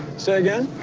say again